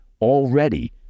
already